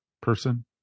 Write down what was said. person